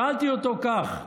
שאלתי אותו כך: